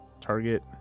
Target